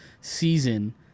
season